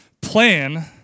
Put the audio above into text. plan